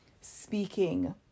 speaking